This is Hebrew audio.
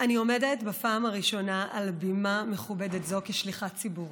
אני עומדת בפעם הראשונה על בימה מכובדת זו כשליחת ציבור